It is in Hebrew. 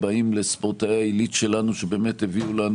באים לספורטאי העילית שלנו שהביאו לנו